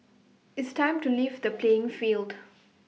it's time to leave the playing field